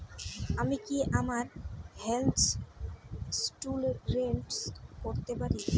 আমি কি আমার হেলথ ইন্সুরেন্স করতে পারি?